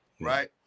right